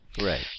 right